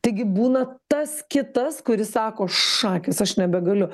taigi būna tas kitas kuris sako šakės aš nebegaliu